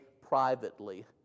privately